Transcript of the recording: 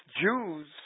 Jews